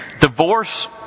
divorce